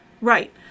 Right